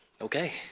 okay